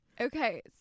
Okay